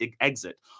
exit